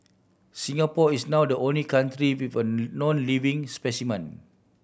Singapore is now the only country with a known living specimen